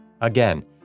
Again